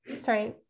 sorry